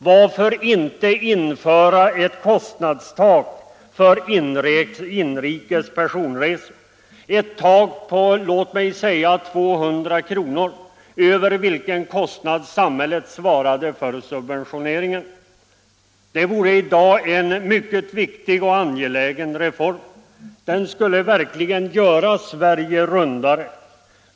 Varför inte införa ett kostnadstak för inrikes resor — ett tak på låt mig säga 200 kr. — utöver vilken kostnad samhället svarade för en subventionering? Det vore i dag en mycket viktig och angelägen reform. Den skulle verkligen göra Sverige rundare.